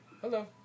Hello